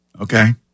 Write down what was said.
okay